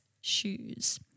shoes